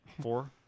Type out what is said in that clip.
Four